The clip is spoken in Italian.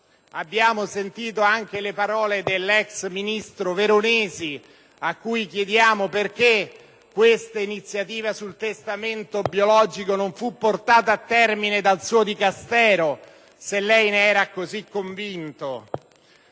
Abbiamo sentito anche le parole dell'ex ministro Veronesi, a cui chiediamo perché questa iniziativa sul testamento biologico non fu portata avanti a termine dal suo Dicastero se lei ne era così convinto!